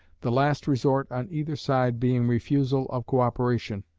the last resort on either side being refusal of co-operation,